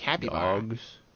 dogs